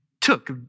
took